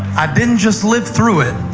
i didn't just live through it